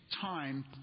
time